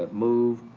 but move.